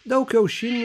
daug kiaušinių